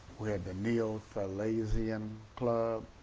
we had the neo-thalesian club.